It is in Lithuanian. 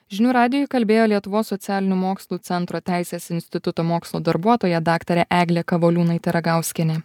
žinių radijui kalbėjo lietuvos socialinių mokslų centro teisės instituto mokslo darbuotoja daktarė eglė kavoliūnaitė ragauskienė